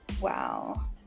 Wow